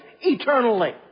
eternally